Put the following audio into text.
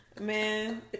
Man